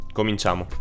cominciamo